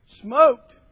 Smoked